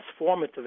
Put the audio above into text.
transformative